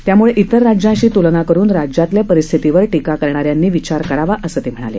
त्यामुळे इतर राज्यांशी तुलना करुन राज्यातल्या परिस्थितीवर टीका करणाऱ्यांनी विचार करावा असं ते म्हणाले